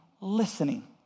listening